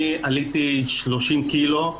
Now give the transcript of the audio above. אני עליתי 30 קילו,